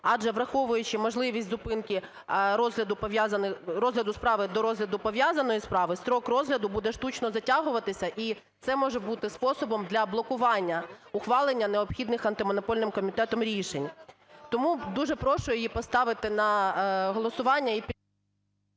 адже, враховуючи можливість зупинки розгляду справи до розгляду пов'язаної справи, строк розгляду буде штучно затягуватися і це може бути способом для блокування ухвалення необхідних Антимонопольним комітетом рішень. Тому дуже прошу її поставити на голосування